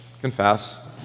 confess